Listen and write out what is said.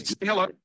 Hello